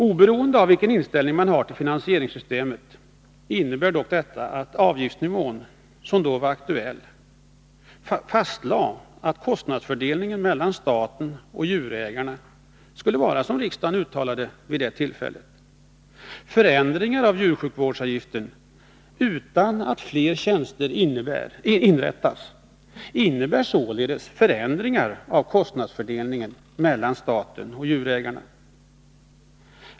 Oberoende av vilken inställning man har till finansieringssystemet innebär dock den avgiftsnivå som då var aktuell att kostnadsfördelningen mellan staten och djurägarna skulle vara den som riksdagen uttalade vid det tillfället. Förändringar av djursjukvårdsavgiften, utan att fler tjänster inrättas, innebär således förändringar av kostnadsfördelningen mellan staten och djurägarna.